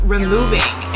Removing